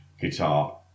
guitar